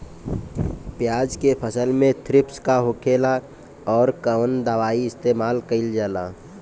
प्याज के फसल में थ्रिप्स का होखेला और कउन दवाई इस्तेमाल कईल जाला?